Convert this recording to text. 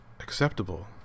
acceptable